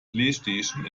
playstation